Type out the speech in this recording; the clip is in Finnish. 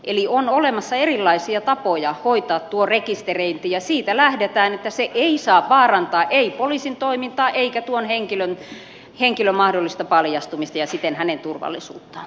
eli on olemassa erilaisia tapoja hoitaa tuo rekisteröinti ja siitä lähdetään että se ei saa vaarantaa ei poliisin toimintaa eikä tuon henkilön mahdollista paljastumista ja siten hänen turvallisuuttaan